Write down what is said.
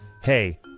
hey